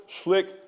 slick